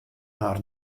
har